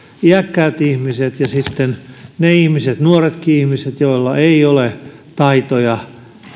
iäkkäät ihmiset ja sitten ne ihmiset nuoretkin ihmiset joilla ei ole taitoja